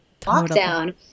lockdown